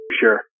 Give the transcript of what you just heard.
sure